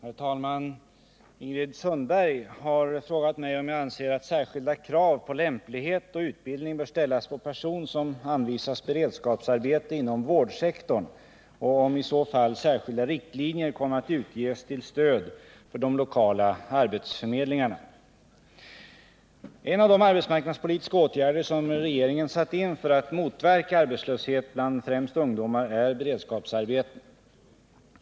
Herr talman! Ingrid Sundberg har frågat mig om jag anser att särskilda krav på lämplighet och utbildning bör ställas på person som anvisas beredskapsarbete inom vårdsektorn och om i så fall särskilda riktlinjer kommer att utges till stöd för de lokala arbetsförmedlingarna. En av de arbetsmarknadspolitiska åtgärder som regeringen satt in för att motverka arbetslöshet bland främst ungdomar är beredskapsarbeten.